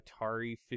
Atari